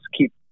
keep